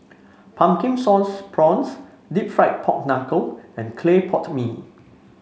Pumpkin Sauce Prawns deep fried Pork Knuckle and Clay Pot Mee